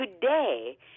today